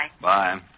Bye